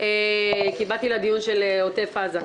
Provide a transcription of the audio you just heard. כי באתי לדיון על עוטף עזה.